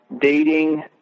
dating